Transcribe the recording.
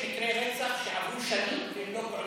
התכוונתי שיש מקרי רצח שעברו שנים והם לא פוענחו,